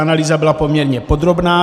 Analýza byla poměrně podrobná.